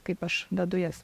kaip aš vedu jas